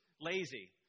lazy